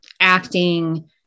acting